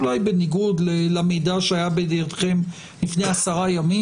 אולי בניגוד למידע שהיה בידיעתכם לפני 10 ימים.